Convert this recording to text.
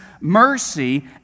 mercy